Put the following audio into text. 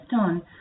on